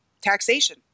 Taxation